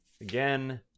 again